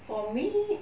for me